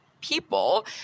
people